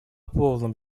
полном